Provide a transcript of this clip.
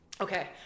Okay